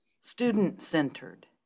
student-centered